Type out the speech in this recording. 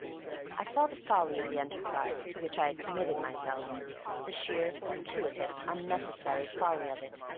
i saw the folly of the enterprise to which i had committed myself the sheer, gratuitous, unnecessary folly of it.